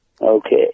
Okay